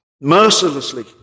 mercilessly